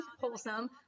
wholesome